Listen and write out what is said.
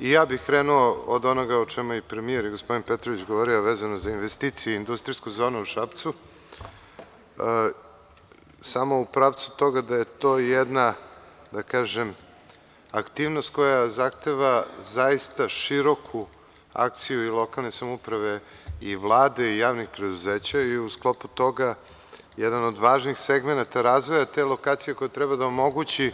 I ja bih krenuo od onoga o čemu je premijer, a i gospodin Petrović, govorio vezano za investicije i industrijsku zonu u Šapcu, samo u pravcu toga da je to jedna, da kažem, aktivnost koja zahteva zaista široku akciju i lokalne samouprave, Vlade i javnih preduzeća i u sklopu toga, jedan od važnijih segmenata razvoja te lokacije, koji treba da omogući